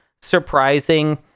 surprising